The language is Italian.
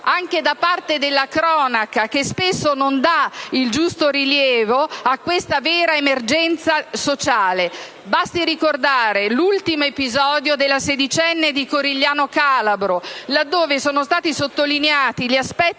anche per la cronaca che spesso non dà il giusto rilievo a questa vera emergenza sociale. Basti ricordare l'ultimo episodio della sedicenne di Corigliano Calabro, riguardo al quale sono stati sottolineati gli aspetti